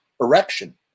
erection